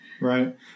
Right